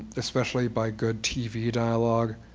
especially by good tv dialogue.